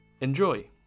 Enjoy